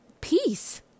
peace